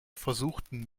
versuchten